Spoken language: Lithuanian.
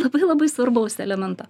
labai labai svarbaus elemento